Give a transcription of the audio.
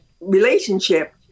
relationship